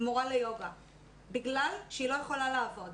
מורה ליוגה בגלל שהיא לא יכולה לעבוד.